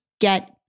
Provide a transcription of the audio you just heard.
get